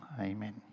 amen